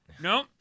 No